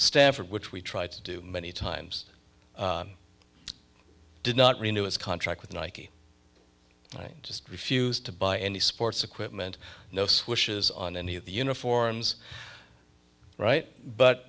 stanford which we tried to do many times did not renew its contract with nike just refused to buy any sports equipment no switches on any of the uniforms right but